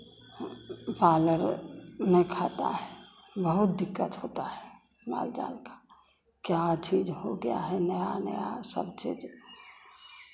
पाल अर नहीं खाता है बहुत दिक्कत होता है माल जाल का क्या चीज़ हो गया है नया नया सब चीज़